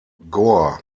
gore